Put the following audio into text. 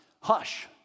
Hush